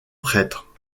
prêtres